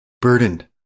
burdened